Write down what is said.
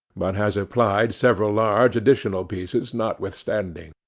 but has applied several large, additional pieces notwithstanding.